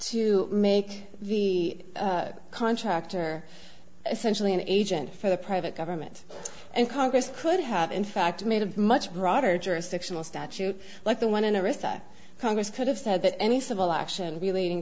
to make the contractor essentially an agent for the private government and congress could have in fact made a much broader jurisdictional statute like the one interest that congress could have said that any civil action relating